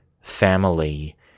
family